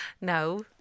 No